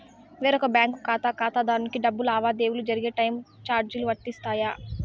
వేరొక బ్యాంకు ఖాతా ఖాతాదారునికి డబ్బు లావాదేవీలు జరిగే టైములో చార్జీలు వర్తిస్తాయా?